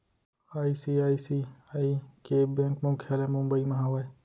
ICICI के bank मुख्यालय मुंबई म हावय